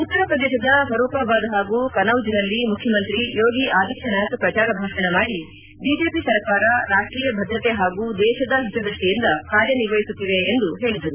ಉತ್ತರ ಪ್ರದೇಶದ ಫರೂಕಬಾದ್ ಹಾಗೂ ಕನೌಜ್ನಲ್ಲಿ ಮುಖ್ಯಮಂತ್ರಿ ಯೋಗಿ ಆದಿತ್ಯನಾಥ್ ಪ್ರಚಾರ ಭಾಷಣ ಮಾಡಿ ಬಿಜೆಪಿ ಸರ್ಕಾರ ರಾಷ್ಟೀಯ ಭದ್ರತೆ ಹಾಗೂ ದೇಶದ ಹಿತದೃಷ್ಟಿಯಿಂದ ಕಾರ್ಯನಿರ್ವಹಿಸುತ್ತಿವೆ ಎಂದು ಹೇಳಿದರು